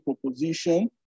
proposition